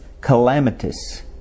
calamitous